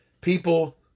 people